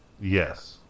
Yes